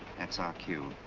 that's our cue.